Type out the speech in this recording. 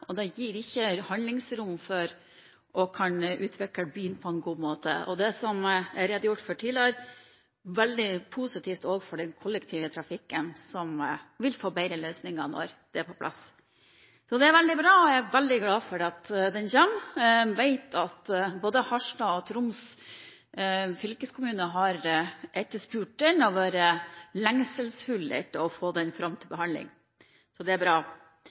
og det gir ikke handlingsrom for å kunne utvikle byen på en god måte. Det som er redegjort for tidligere, er veldig positivt også for kollektivtrafikken, som vil få bedre løsninger når dette er på plass. Det er veldig bra. Jeg er veldig glad for at den kommer. Jeg vet at både Harstad og Troms fylkeskommune har etterspurt den og lengselsfullt ventet på at den kommer til behandling, så det er bra.